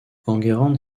enguerrand